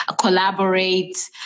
collaborate